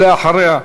ואחריה,